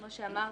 כמו שאמרת,